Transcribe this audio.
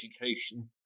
education